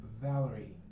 Valerie